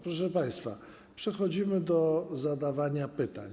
Proszę państwa, przechodzimy do zadawania pytań.